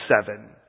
seven